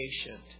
patient